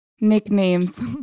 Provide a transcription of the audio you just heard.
Nicknames